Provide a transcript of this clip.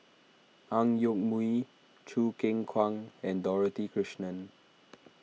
Ang Yoke Mooi Choo Keng Kwang and Dorothy Krishnan